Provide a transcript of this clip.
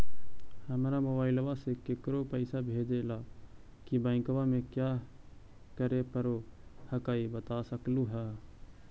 हमरा मोबाइलवा से केकरो पैसा भेजे ला की बैंकवा में क्या करे परो हकाई बता सकलुहा?